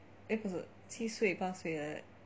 eh 不是七岁八岁 like that